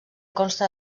consta